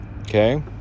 Okay